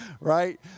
Right